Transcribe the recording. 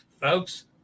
folks